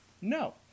No